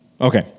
Okay